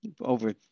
over